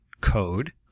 code